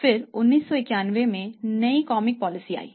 फिर 1991 में नई कॉमिक पॉलिसी आई